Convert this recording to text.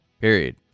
period